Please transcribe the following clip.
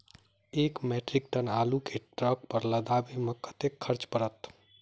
एक metric ton आलु केँ ट्रक पर लदाबै मे कतेक खर्च पड़त?